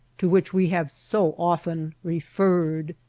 to which we have so often referred.